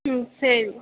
ம் சரி